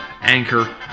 Anchor